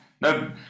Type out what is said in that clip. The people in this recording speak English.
no